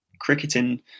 cricketing